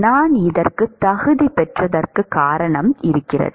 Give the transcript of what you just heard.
நான் இதற்குத் தகுதி பெற்றதற்குக் காரணம் இருக்கிறது